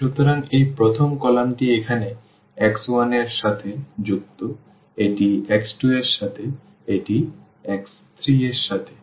সুতরাং এই প্রথম কলামটি এখানে x1 এর সাথে যুক্ত এটি x2 এর সাথে এটি x3 এর সাথে